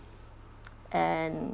and